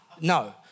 no